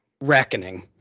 Reckoning